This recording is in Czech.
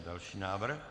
Další návrh?